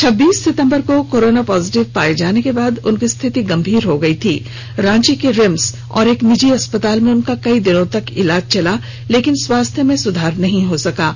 छब्बीस सितंबर को कोरोना पॉजिटिव पाए जाने के बाद उनकी स्थिति गंभीर हो गई थी रांची के रिम्स और एक निजी अस्तपाल में उनका कई दिनों तक इलाज चला लेकिन स्वास्थ्य में सुधार नहीं हो रहा था